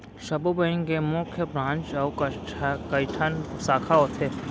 सब्बो बेंक के मुख्य ब्रांच अउ कइठन साखा होथे